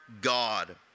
God